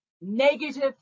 negative